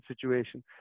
situation